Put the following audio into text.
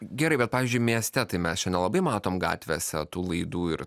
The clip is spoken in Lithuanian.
gerai bet pavyzdžiui mieste tai mes čia nelabai matom gatvėse tų laidų ir